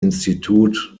institut